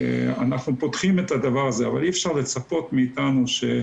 אקח לתשומת לב השבוע הזה,